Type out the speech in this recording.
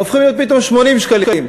הופכים פתאום להיות 80 שקלים,